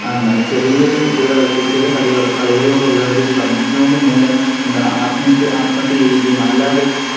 എന്താണ് ചെറിയ ചെറിയ കുട്ടികള് ചെറിയ കടികൾ കളികളോടുള്ള ഒരു ഭ്രമത്തിനോട് മൂലം എന്താ ആത്മീയത്ത ആത്മഹത്യ ചെയ്യുകയും അല്ലാതെ